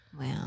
Wow